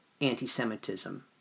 anti-Semitism